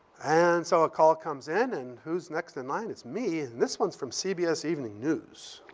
and so a call comes in, and who's next in line? it's me. and this one's from cbs evening news.